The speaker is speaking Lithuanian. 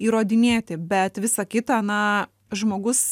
įrodinėti bet visa kita na žmogus